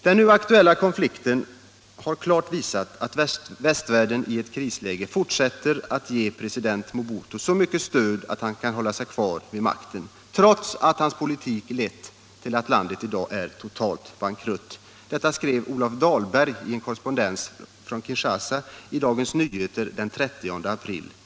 ”Den nu aktuella konflikten har klart visat att västvärlden i ett krisläge fortsätter att ge president Mobutu så mycket stöd att han kan hålla sig kvar vid makten, trots att hans politik lett till att landet i dag är totalt bankrutt”, skrev Olof Dahlberg i en korrespondens från Kinshasa i Dagens Nyheter den 30 april.